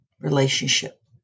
relationship